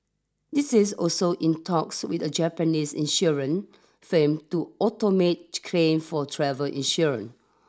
this is also in talks with a Japanese insurance firm to automate claim for travel insurance